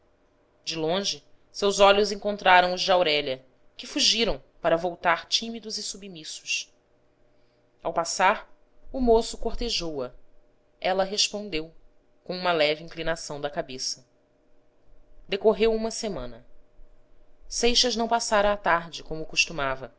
de longe seus olhos encontraram os de aurélia que fugiram para voltar tímidos e submissos ao passar o moço cortejou a